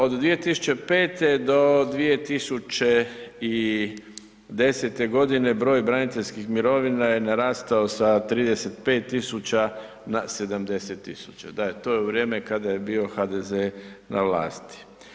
Od 2005.do 2010.godine broj braniteljskih mirovina je narastao sa 35.000 na 70.000 da to je u vrijeme kada je bio HDZ na vlasti.